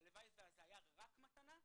הלוואי וזה היה רק מתנה.